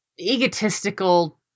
egotistical